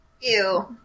Ew